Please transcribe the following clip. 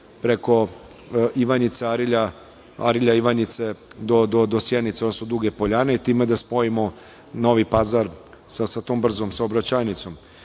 preko Ivanjice-Arilja, Arilja-Ivanjice do Sjenice, odnosno Duge Poljane i time da spojimo Novi Pazar sa tom brzom saobraćajnicom.